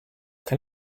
can